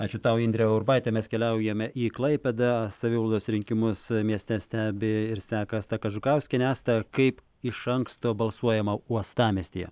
ačiū tau indrė urbaitė mes keliaujame į klaipėdą savivaldos rinkimus mieste stebi ir seka asta kažukauskienė asta kaip iš anksto balsuojama uostamiestyje